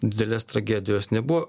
didelės tragedijos nebuvo